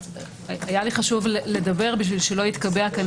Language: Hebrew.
היה לי חשוב לדבר בשביל שלא יתקבע כאן